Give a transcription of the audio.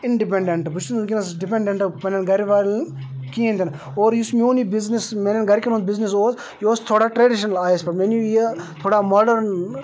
independent بہٕ چھُس نہٕ وٕنکٮ۪س ڈِپَنٛڈَنٛٹ پَنٛنٮ۪ن گَر والٮ۪ن کِہیٖنۍ تہِ نہٕ اور یُس میون یہِ بِزنٮ۪س میٛانٮ۪ن گَرِکٮ۪ن ہُنٛد بِزنٮ۪س اوس یہِ اوس تھوڑا ٹرٛڈِشنَل آیَس پٮ۪ٹھ مےٚ نیوٗ یہِ تھوڑا ماڈٲرٕن